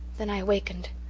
then i awakened.